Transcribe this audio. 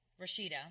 Rashida